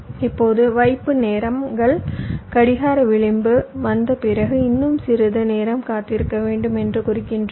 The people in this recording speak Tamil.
இப்போது வைப்பு நேரங்கள் கடிகார விளிம்பு வந்த பிறகு இன்னும் சிறிது நேரம் காத்திருக்க வேண்டும் என்று குறிக்கின்றன